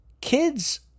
kids